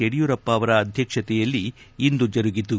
ಯಡಿಯೂರಪ್ಪ ಅವರ ಅಧ್ಯಕ್ಷತೆಯಲ್ಲಿ ಇಂದು ಜರುಗಿತು